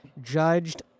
judged